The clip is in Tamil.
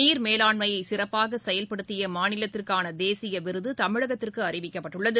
நீர் மேலாண்மையைசிறப்பாகசெயல்படுத்தியமாநிலத்திற்கானதேசியவிருதுதமிழகத்திற்குஅறிவிக்கப்பட்டுள்ளது